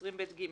20ב(ג),